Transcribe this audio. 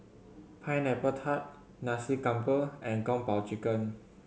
Pineapple Tart Nasi Campur and Kung Po Chicken